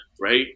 Right